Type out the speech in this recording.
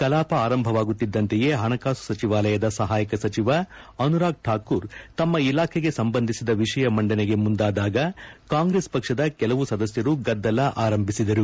ಕಲಾಪ ಆರಂಭವಾಗುತಿದ್ದಂತೆಯೇ ಹಣಕಾಸು ಸಚಿವಾಲಯದ ಸಹಾಯಕ ಸಚಿವ ಅನುರಾಗ್ ಠಾಕೂರ್ ತಮ್ಮ ಇಲಾಖೆಗೆ ಸಂಬಂಧಿಸಿದ ವಿಷಯ ಮಂಡನೆಗೆ ಮುಂದಾದಾಗ ಕಾಂಗ್ರೆಸ್ ಪಕ್ಷದ ಕೆಲವು ಸದಸ್ಯರು ಗದ್ದಲ ಆರಂಭಿಸಿದರು